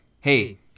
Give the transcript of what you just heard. hey